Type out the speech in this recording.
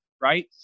right